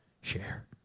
share